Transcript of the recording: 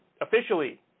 officially